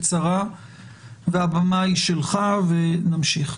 הבמה שלך, בבקשה.